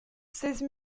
seize